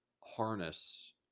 harness